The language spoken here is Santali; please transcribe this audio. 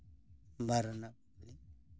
ᱵᱟᱨ ᱨᱮᱱᱟᱜ ᱠᱩᱠᱞᱤ